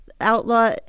Outlaw